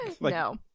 No